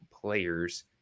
players